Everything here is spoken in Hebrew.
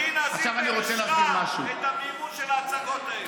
הרי דינה זילבר אישרה את המימון של ההצגות האלה.